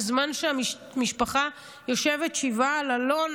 בזמן שהמשפחה יושבת שבעה על אלון,